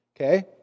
okay